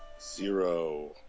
zero